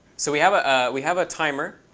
so we have ah we have a timer